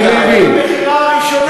איפה הייתם במכירה הראשונה?